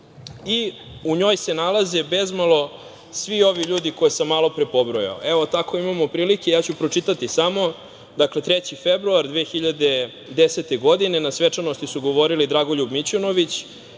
U njoj se nalaze bezmalo svi ovi ljudi koje sam malopre pobrojao. Evo, tako imamo prilike, ja ću pročitati samo. Dakle, 3. februara 2010. godine na svečanosti su govorili Dragoljub Mićunović,